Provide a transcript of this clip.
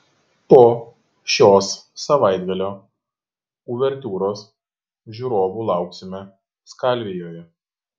po šios savaitgalio uvertiūros žiūrovų lauksime skalvijoje